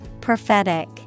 Prophetic